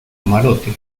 camarote